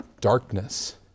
darkness